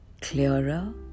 clearer